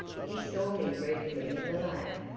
he saw me reading them in the lane,